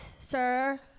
sir